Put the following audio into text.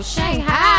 Shanghai